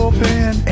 Open